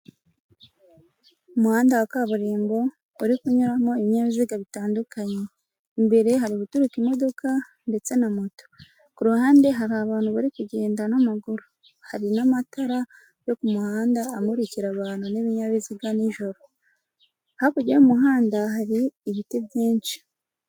Umuhanda wa kaburimbo uri kunyuramo ibinyabiziga bitandukanye, imbere hari guturuka imodoka ndetse na moto, ku ruhande hari abantu bari kugenda n'amaguru, hari n'amatara yo ku muhanda amurikira abantu n'ibinyabiziga n'ijoro, hakurya y'umuhanda hari ibiti byinshi.